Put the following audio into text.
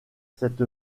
cette